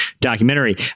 documentary